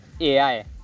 AI